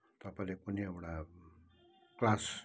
तपाईँले कुनै एउटा क्लास